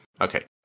Okay